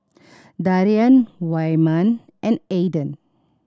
Darrian Wyman and Aydan